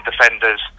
defenders